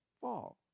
fall